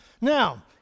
Now